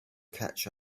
catch